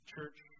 Church